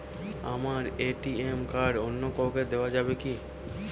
আমার ATM card অন্য কাউকে দেওয়া যাবে কি?